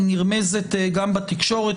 היא נרמזת גם בתקשורת,